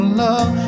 love